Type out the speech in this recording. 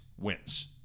wins